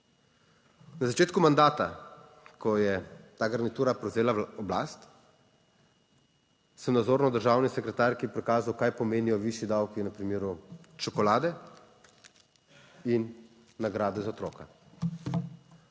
Na začetku mandata, ko je ta garnitura prevzela oblast, sem nazorno državni sekretarki prikazal, kaj pomenijo višji davki na primeru čokolade in nagrade za otroka.